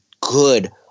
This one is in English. good